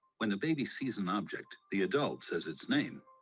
when the baby season object the adults as its name.